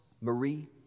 Marie